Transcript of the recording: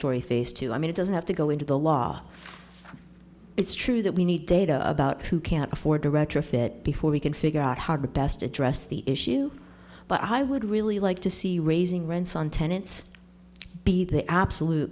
story phase two i mean it doesn't have to go into the law it's true that we need data about who can't afford to retrofit before we can figure out how to best address the issue but i would really like to see raising rents on tenants be the absolute